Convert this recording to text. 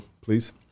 please